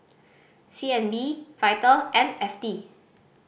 C N B Vital and F T